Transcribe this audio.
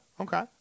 Okay